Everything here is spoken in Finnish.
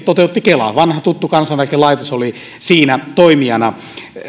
toteutti kela vanha tuttu kansaneläkelaitos oli siinä toimijana